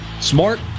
smart